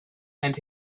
and